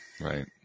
Right